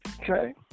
Okay